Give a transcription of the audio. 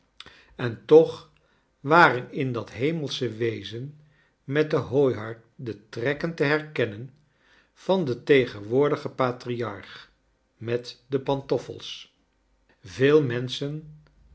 en tech waren in dat hemelsche wezen met de hooihark de trekken te herkennen van den tegenwoordigen patriarch met de pantoffels veel menschen